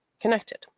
connected